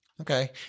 Okay